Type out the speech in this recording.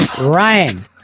Ryan